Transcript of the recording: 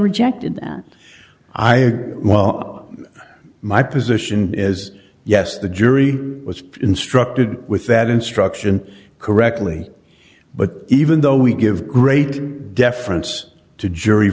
rejected them i my position is yes the jury was instructed with that instruction correctly but even though we give great deference to jury